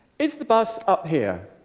is the bus up here?